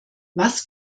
was